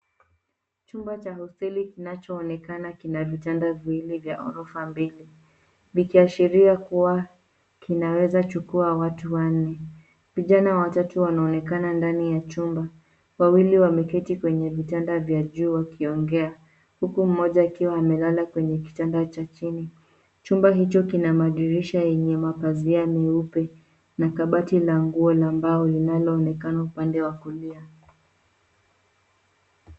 Chumba cha hosteli kinachoonekana kina vitanda viwili vya ghorofa mbili vikiashiria kuwa kinaweza kuchukua watu wanne. Vijana watatu wanaonekana ndani ya chumba, wawili wameketi kwenye vitanda vya juu wakiongea huku mmoja akiwa amelala kwenye kitanda cha chini. Chumba hicho kina madirisha yenye mapazia meupe na kabati la nguo la mbao linaloonekana upande wa kulia.